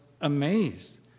amazed